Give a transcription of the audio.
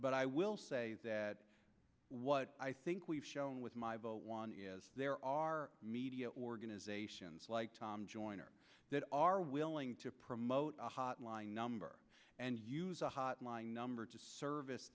i will say that what i think we've shown with my vote one is there are media organizations like tom joyner that are willing to promote a hotline number and use a hotline number to service